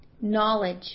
knowledge